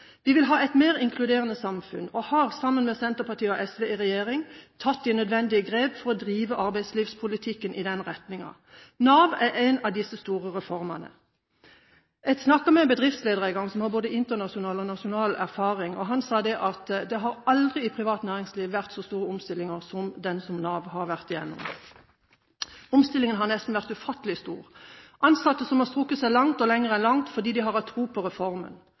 Vi vil ha et mer inkluderende samfunn og har, sammen med Senterpartiet og SV i regjering, tatt de nødvendige grepene for å drive arbeidslivspolitikken i den retningen. Nav er en av disse store reformene. Jeg snakket med en bedriftsleder en gang som har både internasjonal og nasjonal erfaring, og han sa at det aldri i privat næringsliv har vært så store omstillinger som den som Nav har vært igjennom. Omstillingen har nesten vært ufattelig stor. Ansatte har strukket seg langt, og lenger enn langt, fordi de har hatt tro på reformen.